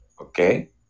okay